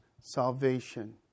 Salvation